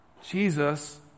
Jesus